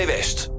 West